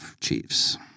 Chiefs